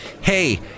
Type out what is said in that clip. Hey